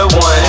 one